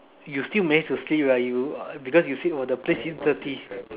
you still managed to sleep right you uh because you say oh the place is dirty